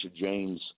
James